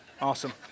Awesome